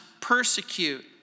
persecute